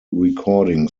recording